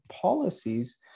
policies